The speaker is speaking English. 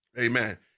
Amen